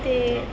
ਅਤੇ